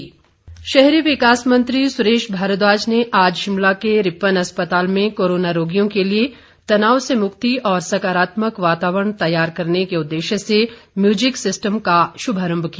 सुरेश भारद्वाज शहरी विकास मंत्री सुरेश भारद्वाज ने आज शिमला के रिपन अस्पताल में कोरोना रोगियों के लिए तनाव से मुक्ति और सकारात्मक वातावरण तैयार करने के उदेश्य से म्यूजिक सिस्टम का शुभारम्भ किया